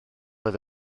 oedd